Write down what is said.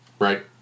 Right